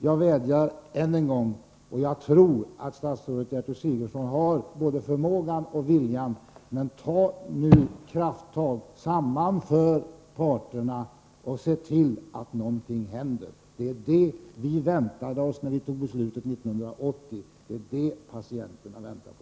Jag vädjar än en gång till statsrådet — och jag tror att statsrådet Gertrud Sigurdsen har både förmågan och viljan — att nu ta krafttag, sammanföra parterna och se till att någonting händer. Det var det vi förväntade oss när vi fattade beslutet 1980 — det är det patienterna väntar på.